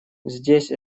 здесь